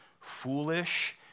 foolish